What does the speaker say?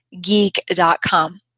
geek.com